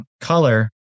color